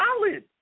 solid